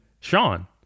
Sean